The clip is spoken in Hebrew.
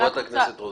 חברת הכנסת רוזין.